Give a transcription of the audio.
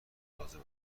لازم